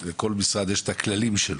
לכל משרד יש את הכללים שלו.